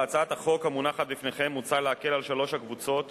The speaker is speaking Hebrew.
בהצעת החוק המונחת בפניכם מוצע להקל על שלוש הקבוצות